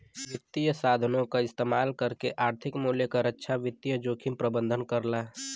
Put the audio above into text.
वित्तीय साधनों क इस्तेमाल करके आर्थिक मूल्य क रक्षा वित्तीय जोखिम प्रबंधन करला